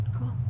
Cool